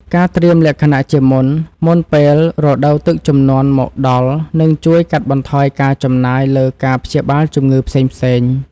ការត្រៀមលក្ខណៈជាមុន មុនពេលរដូវទឹកជំនន់មកដល់នឹងជួយកាត់បន្ថយការចំណាយលើការព្យាបាលជំងឺផ្សេងៗ។